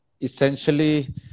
essentially